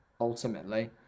ultimately